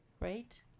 Right